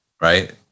right